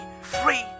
free